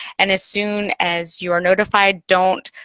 and as soon as you're notified, don't